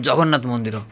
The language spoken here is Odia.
ଜଗନ୍ନାଥ ମନ୍ଦିର